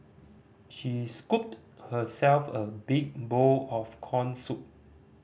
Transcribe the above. she scooped herself a big bowl of corn soup